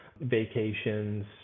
vacations